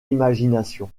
imagination